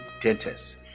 dentists